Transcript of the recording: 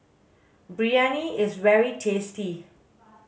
Biryani is very tasty